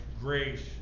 Grace